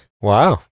wow